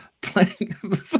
playing